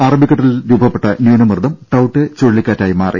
അറബിക്കടലിൽ രൂപപ്പെട്ട ന്യൂനമർദ്ദം ടൌട്ടെ ചുഴലിക്കാറ്റായി മാറി